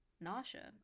Nasha